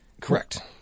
Correct